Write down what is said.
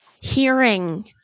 hearing